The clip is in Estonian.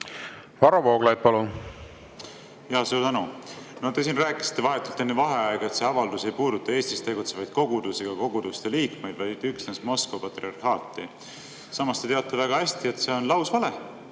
Varro Vooglaid, palun! Suur tänu! Te rääkisite vahetult enne vaheaega, et see avaldus ei puuduta Eestis tegutsevaid kogudusi ega koguduste liikmeid, vaid üksnes Moskva patriarhaati. Te teate väga hästi, et see on lausvale,